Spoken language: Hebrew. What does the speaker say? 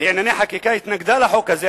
לענייני חקיקה התנגדה לחוק הזה,